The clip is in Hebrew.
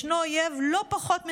ישנו אויב לא פחות מסוכן,